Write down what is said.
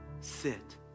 sit